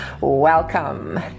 welcome